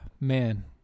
man